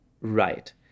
right